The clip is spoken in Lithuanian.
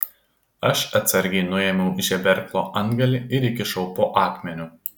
aš atsargiai nuėmiau žeberklo antgalį ir įkišau po akmeniu